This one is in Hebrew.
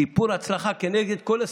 סיפור הצלחה כנגד כל הסיכויים.